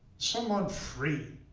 someone free